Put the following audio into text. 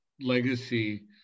legacy